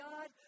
God